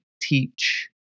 teach